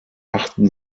achten